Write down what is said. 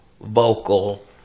vocal